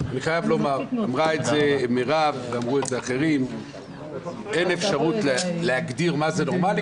אמרה מרב מיכאלי ואמרו אחרים שאין אפשרות להגדיר מה זה נורמלי.